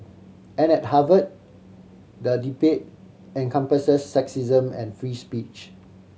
and at Harvard the debate encompasses sexism and free speech